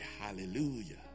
hallelujah